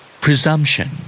Presumption